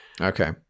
Okay